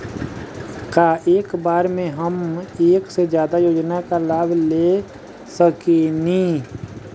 का एक बार में हम एक से ज्यादा योजना का लाभ ले सकेनी?